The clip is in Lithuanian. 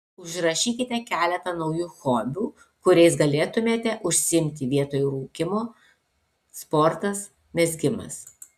užrašykite keletą naujų hobių kuriais galėtumėte užsiimti vietoj rūkymo sportas mezgimas